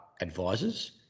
advisors